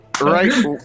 right